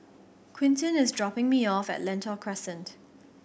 Quintin is dropping me off at Lentor Crescent